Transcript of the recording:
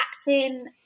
acting